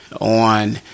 on